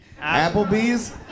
Applebee's